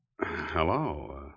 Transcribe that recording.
Hello